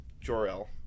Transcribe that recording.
Jor-el